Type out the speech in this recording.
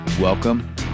Welcome